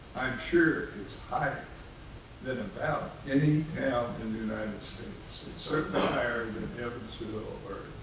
i'm sure it's higher than about any town in the united states. it's certainly higher than evansville, or